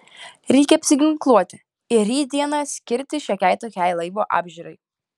reikia apsiginkluoti ir rytdieną skirti šiokiai tokiai laivo apžiūrai